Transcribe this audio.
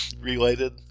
related